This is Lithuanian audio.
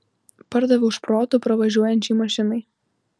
pardaviau šprotų pravažiuojančiai mašinai